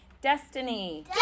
Destiny